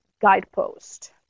guidepost